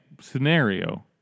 scenario